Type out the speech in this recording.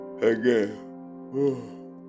Again